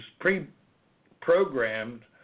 pre-programmed